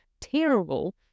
terrible